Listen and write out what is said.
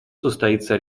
состоится